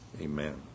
Amen